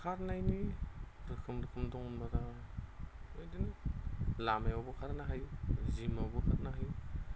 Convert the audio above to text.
खारनायनि रोखोम दङ बिदिनो लामायावबो खारनो हायो जिमावबो खारनो हायो